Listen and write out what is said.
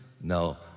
No